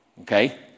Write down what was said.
Okay